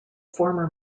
former